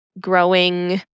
growing